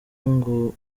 ngo